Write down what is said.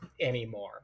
anymore